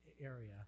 area